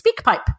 SpeakPipe